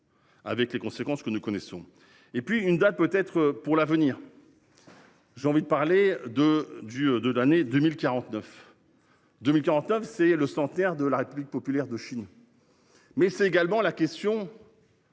Avec les conséquences que nous connaissons et puis une date peut être pour l'avenir. J'ai envie de parler de du de l'année 2049. 2049 c'est le centenaire de la République populaire de Chine. Mais c'est également la question.